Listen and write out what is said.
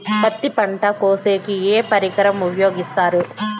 పత్తి పంట కోసేకి ఏ పరికరం ఉపయోగిస్తారు?